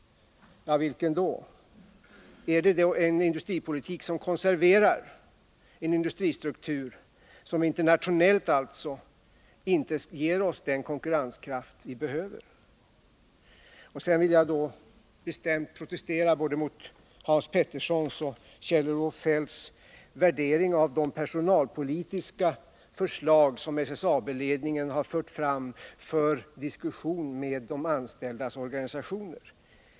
Ja, vilken då? Är det en industripolitik som konserverar en industristruktur som internationellt inte ger oss den konkurrenskraft vi behöver? Sedan vill jag då bestämt protestera både mot Hans Peterssons och Kjell-Olof Feldts värdering av de personalpolitiska förslag som SSAB:s ledning har fört fram för diskussion med de anställdas organisationer.